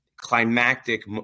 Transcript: Climactic